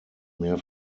mehr